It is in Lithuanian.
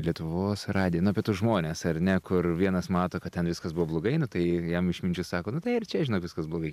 lietuvos radiją na apie tuos žmones ar ne kur vienas mato kad ten viskas buvo blogai nu tai jam išminčius sako nu tai ir čia žinok viskas blogai